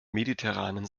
mediterranen